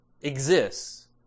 exists